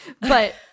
But-